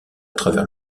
travers